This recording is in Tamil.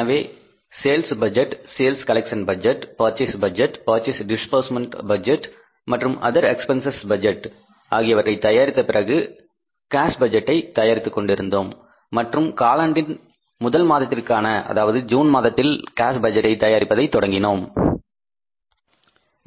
எனவே sales budget sales collection budget purchase budget purchase disbursement மற்றும் அதர் எக்பென்சஸ் பட்ஜெட் ஆகியவற்றை தயாரித்த பிறகு கேஸ் பட்ஜெட்டை தயாரித்துக் கொண்டு இருந்தோம் மற்றும் காலாண்டில் முதல் மாதத்திற்கான அதாவது ஜூன் மாதத்தில் கேஸ் பட்ஜெட்டை தயாரிப்பதை தொடங்கினோம்